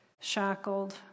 shackled